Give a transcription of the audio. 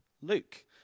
Luke